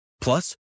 Plus